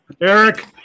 Eric